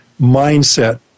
mindset